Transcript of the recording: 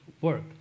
work